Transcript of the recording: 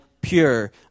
pure